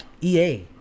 EA